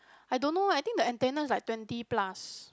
I don't know I think the antenna is like twenty plus